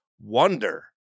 wonder